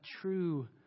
true